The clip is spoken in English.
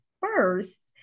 first